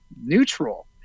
neutral